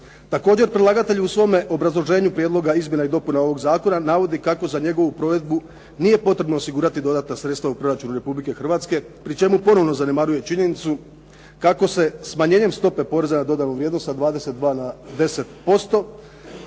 Također, predlagatelj u svom obrazloženju prijedloga izmjena i dopuna ovog zakona navodi kako za njegovu provedbu nije potrebno osigurati dodatna sredstva u proračunu Republike Hrvatske, pri čemu ponovno zanemaruje činjenicu kako se smanjenjem stope poreza na dodanu vrijednost sa 22 na 10%